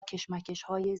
کشمکشهای